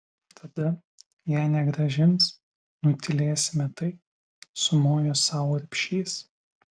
tada jei negrąžins nutylėsime tai sumojo sau urbšys